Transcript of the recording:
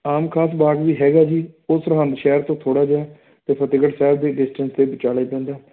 ਆਮ ਖਾਸ ਬਾਗ ਵੀ ਹੈਗਾ ਜੀ ਉਹ ਸਰਹਿੰਦ ਸ਼ਹਿਰ ਤੋਂ ਥੋੜ੍ਹਾ ਜਿਹਾ ਅਤੇ ਫਤਿਹਗੜ੍ਹ ਸਾਹਿਬ ਦੇ ਵਿੱਚ ਅਤੇ ਵਿਚਾਲੇ ਪੈਂਦਾ